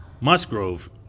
Musgrove